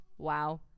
Wow